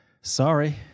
sorry